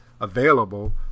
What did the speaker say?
available